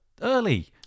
early